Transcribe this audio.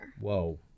Whoa